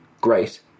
great